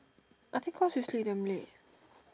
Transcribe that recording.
I said cross the street damn late